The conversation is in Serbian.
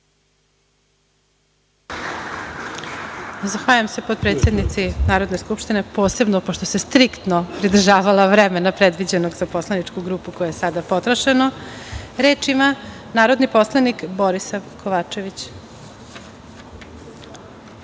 Zahvaljujem se potpredsednici Narodne skupštine, posebno, pošto se striktno pridržavala vremena predviđenog za poslaničku grupu, koje je sada potrošeno. Reč ima narodni poslanik Borisav